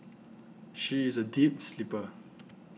she is a deep sleeper